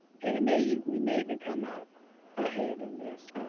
and it may, we may even come out ahead and this.